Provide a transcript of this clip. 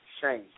shame